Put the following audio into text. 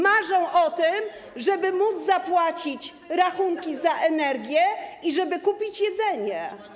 Marzą o tym, żeby móc zapłacić rachunki za energię i żeby kupić jedzenie.